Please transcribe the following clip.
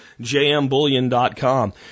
jmbullion.com